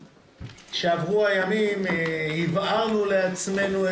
ויחד עם האוצר עשינו כמה שינויים שנראים בסדר.